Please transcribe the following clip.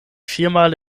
viermal